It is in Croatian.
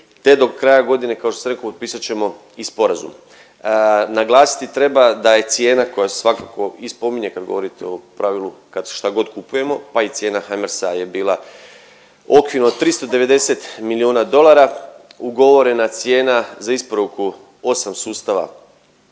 te do kraja godine kao što sam rekao potpisat ćemo i sporazum. Naglasiti treba da je cijena koja se svakako i spominje kad govorite o pravilu kad šta god kupujemo pa i cijena Harmersa je bila okvirno 390 milijuna dolara. Ugovorena cijena za isporuku 8 sustava